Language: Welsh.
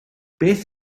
beth